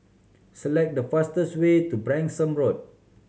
select the fastest way to Branksome Road